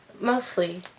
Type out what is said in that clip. Mostly